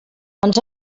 ens